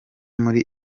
muri